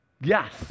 Yes